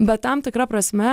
bet tam tikra prasme